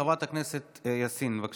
חברת הכנסת יאסין, בבקשה.